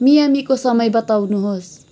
मियामीको समय बताउनुहोस्